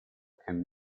and